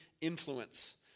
influence